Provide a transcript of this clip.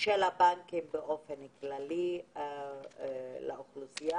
הבנקים באופן כללי לאוכלוסייה,